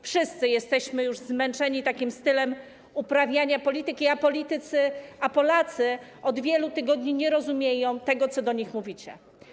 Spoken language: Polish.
Wszyscy jesteśmy już zmęczeni takim stylem uprawiania polityki, a Polacy od wielu tygodni nie rozumieją tego, co do nich mówicie.